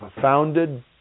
founded